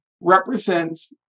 represents